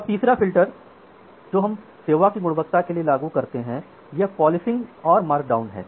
अब तीसरा फ़िल्टर जो हम सेवा की गुणवत्ता के लिए लागू करते हैं वह पॉलिसिंग और मार्कडाउन है